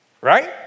Right